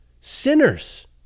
sinners